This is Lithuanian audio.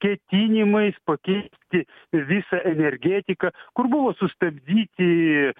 ketinimais pakeisti visą energetiką kur buvo sustabdyti